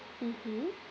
mmhmm